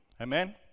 amen